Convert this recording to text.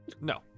No